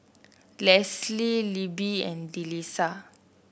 Leslee Libbie and Delisa